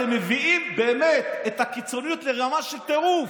אתם מביאים באמת את הקיצונית לרמה של טירוף.